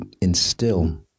instill